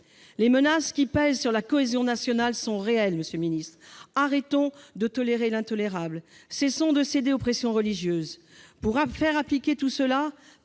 Les menaces qui pèsent sur la cohésion nationale sont réelles, monsieur le secrétaire d'État. Arrêtons de tolérer l'intolérable ! Cessons de céder aux pressions religieuses ! Pour faire appliquer tout cela,